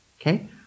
okay